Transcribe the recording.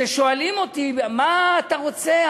שואלים אותי: מה אתה רוצה?